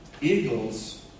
Eagles